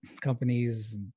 companies